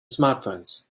smartphones